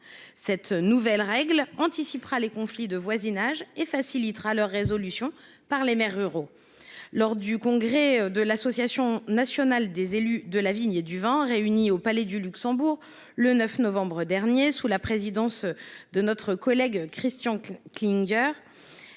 Elle permettra d’anticiper d’éventuels conflits de voisinage et en facilitera la résolution par les maires ruraux. Lors du congrès de l’Association nationale des élus de la vigne et du vin (Anev), réunie au Palais du Luxembourg le 9 novembre dernier sous la présidence de notre collègue Christian Klinger,